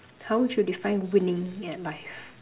how you define winning at life